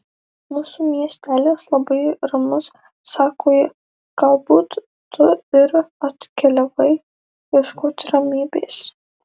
mūsų miestelis labai ramus sako ji galbūt tu ir atkeliavai ieškoti ramybės